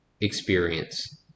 experience